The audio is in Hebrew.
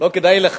לא כדאי לך.